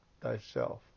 thyself